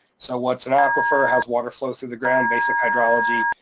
so what's an aquifer, how's water flow through the ground, basic hydrology.